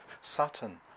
Saturn